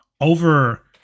over